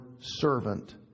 servant